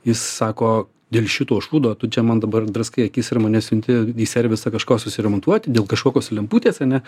jis sako dėl šito šūdo tu čia man dabar draskai akis ir mane siunti į servisą kažko susiremontuoti dėl kažkokios lemputės ane